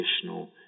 additional